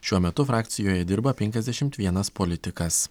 šiuo metu frakcijoje dirba penkiasdešimt vienas politikas